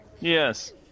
Yes